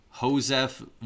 Josef